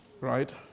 right